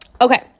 Okay